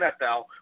NFL